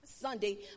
Sunday